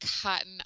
cotton